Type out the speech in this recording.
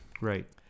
Right